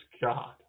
God